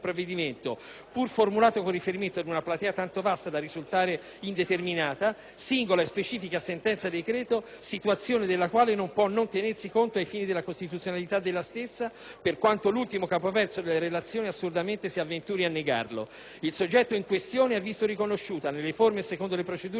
per un singolo e specifico caso e contro una singola e specifica sentenza/decreto, situazione della quale non può non tenersi conto ai fini della costituzionalità della stessa, per quanto l'ultimo capoverso della relazione assurdamente si avventuri a negarlo. Il soggetto in questione ha visto riconosciuta, nelle forme e secondo le procedure previste